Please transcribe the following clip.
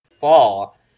fall